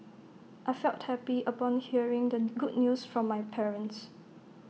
I felt happy upon hearing the good news from my parents